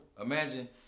Imagine